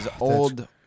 old